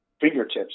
fingertips